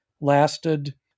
lasted